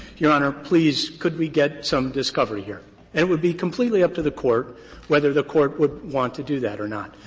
your honor, please, could we get some discovery here? and it would be completely up to the court whether the court would want to do that or not.